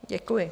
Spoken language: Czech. Děkuji.